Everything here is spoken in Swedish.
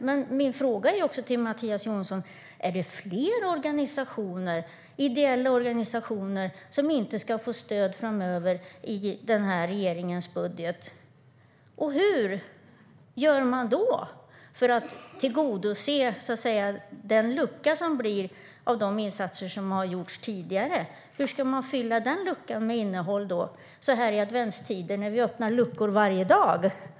Men min fråga till Mattias Jonsson är: Är det fler ideella organisationer som inte ska få stöd framöver i den här regeringens budget, och hur gör man då för att tillgodose den lucka som blir av de insatser som har gjorts tidigare? Hur ska man fylla den luckan med innehåll så här i adventstider, när vi öppnar luckor varje dag?